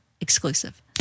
exclusive